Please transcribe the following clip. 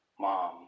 mom